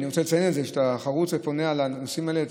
ואני רוצה לציין את זה שאתה חרוץ ופונה בנושאים האלה.